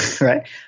right